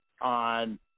on